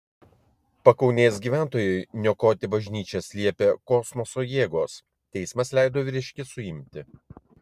pakaunės gyventojui niokoti bažnyčias liepė kosmoso jėgos teismas leido vyriškį suimti